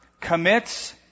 commits